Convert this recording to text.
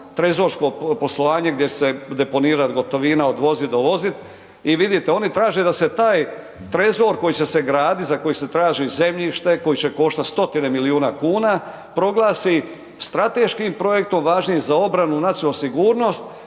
trezorskog poslovanja gdje će se deponirat gotovina, odvozit, dovozit i vidite oni traže da se taj trezor koji će se gradit, za koji se traži zemljište koji će koštat 100-tine milijuna kuna proglasi strateškim projektom važnim za obranu i nacionalnu sigurnost,